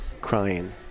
crying